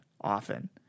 often